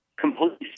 completely